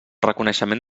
reconeixement